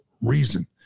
reason